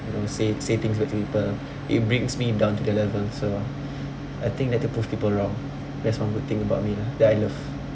you know say say things with people it brings me down to their level so I think that to prove people wrong that's one good thing about me lah that I love